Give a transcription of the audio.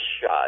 shot